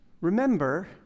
remember